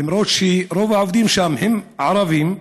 למרות שרוב העובדים שם הם ערבים,